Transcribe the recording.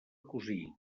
cosir